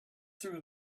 through